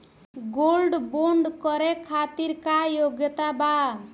Gold bond करे खातिर का योग्यता बा?